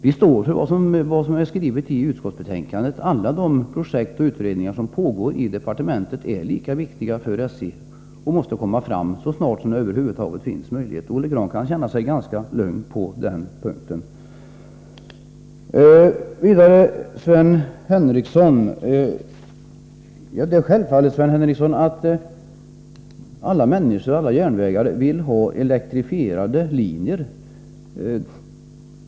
Vi står för vad som är skrivet i utskottsbetänkandet. Alla de projekt och utredningar som pågår i departementet är lika viktiga för SJ, och resultaten från dem måste komma fram så snart som det över huvud taget är möjligt. Olle Grahn kan känna sig ganska lugn på den punkten. Det är självklart, Sven Henricsson, att alla järnvägare vill ha elektrifierade linjer.